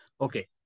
Okay